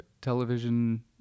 television